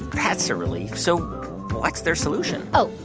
that's a relief. so what's their solution? oh,